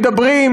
הם מדברים,